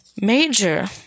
major